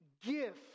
gift